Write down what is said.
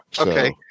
Okay